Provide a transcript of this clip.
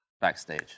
backstage